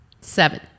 Seven